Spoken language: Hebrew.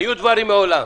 היו דברים מעולם.